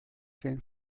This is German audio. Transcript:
fehlen